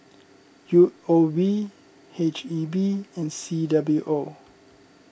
U O B H E B and C W O